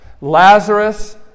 Lazarus